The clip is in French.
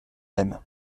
même